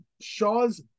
Shaw's